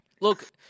Look